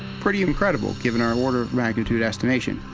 pretty incredible, given our and order-of-magnitude estimation.